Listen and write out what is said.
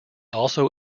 also